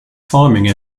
farming